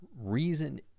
Reason